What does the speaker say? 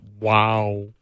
Wow